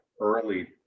early